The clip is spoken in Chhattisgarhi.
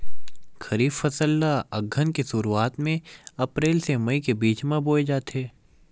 खरीफ फसल ला अघ्घन के शुरुआत में, अप्रेल से मई के बिच में बोए जाथे